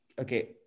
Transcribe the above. Okay